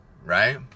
right